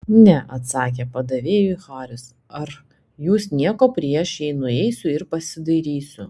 ne atsakė padavėjui haris ar jūs nieko prieš jei nueisiu ir pasidairysiu